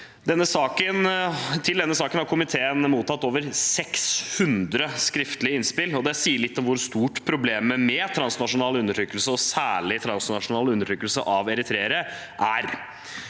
Til denne saken har komiteen mottatt over 600 skriftlige innspill, og det sier litt om hvor stort problemet med transnasjonal undertrykkelse, og særlig transnasjonal undertrykkelse av eritreere, er.